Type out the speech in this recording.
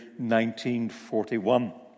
1941